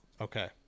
Okay